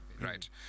Right